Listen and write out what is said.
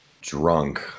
Drunk